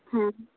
ᱦᱮᱸ